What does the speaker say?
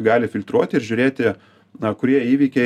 gali filtruoti ir žiūrėti na kurie įvykiai